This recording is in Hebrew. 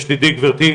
כדי שתדעי גבירתי,